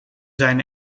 zijn